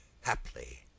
haply